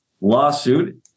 lawsuit